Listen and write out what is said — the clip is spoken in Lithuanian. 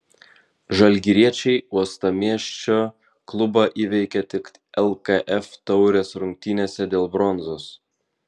žalgiriečiai uostamiesčio klubą įveikė tik lkf taurės rungtynėse dėl bronzos